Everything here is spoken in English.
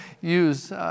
use